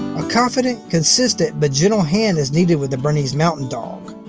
a confident, consistent, but gentle hand is needed with the bernese mountain dog